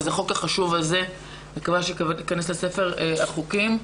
אני מקווה שהחוק החשוב הזה ייכנס לספר החוקים.